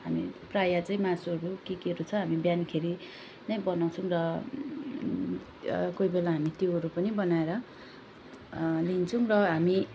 हामी प्राय चाहिँ मासुहरू के केहरू छ हामी बिहानखोरि नै बनाउँछौँ र कोही बेला हामी त्योहरू पनि बनाएर लिन्छौँ र हामी